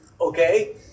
okay